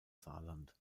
saarland